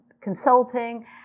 consulting